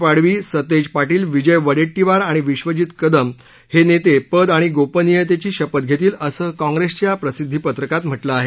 पडवी सतेज पाटील विजय वडेट्टीवार आणि विश्वजित कदम हे नेते पद आणि गोपनियतेची शपथ घेतील असं काँग्रेसच्या प्रसिद्धीपत्रकात म्हटलं आहे